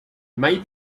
may